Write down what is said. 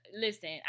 listen